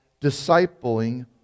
discipling